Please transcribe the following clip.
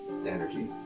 energy